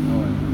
or what